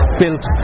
built